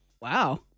Wow